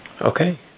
Okay